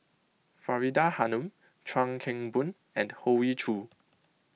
Faridah Hanum Chuan Keng Boon and Hoey Choo